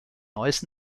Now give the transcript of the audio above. neuss